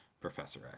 Professor